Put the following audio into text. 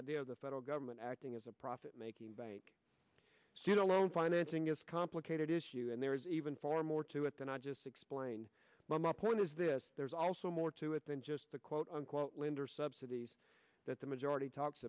idea of the federal government acting as a profit making bank you know loan financing is complicated issue and there is even far more to it than i just explained my point is this there's also more to it than just the quote unquote lender subsidies that the majority talks